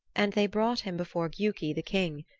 and they brought him before giuki the king,